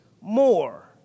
more